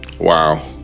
Wow